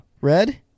Red